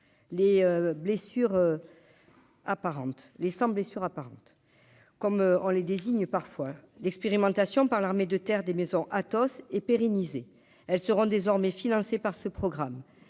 les sans blessure apparente, comme on les désigne parfois l'expérimentation par l'armée de terre, des maisons Athos et pérenniser, elles seront désormais financés par ce programme,